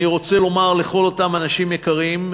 אני רוצה לומר לכל אותם אנשים יקרים,